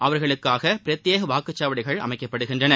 அவர்களுக்காக பிரத்தியேக வாக்ஞ்சாவடிகள் அமைக்கப்படுகின்றன